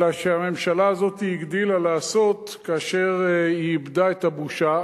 אלא שהממשלה הזאת הגדילה לעשות כאשר היא איבדה את הבושה,